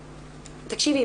תקשיבי,